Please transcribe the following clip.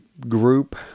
group